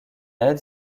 aide